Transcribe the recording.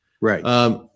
Right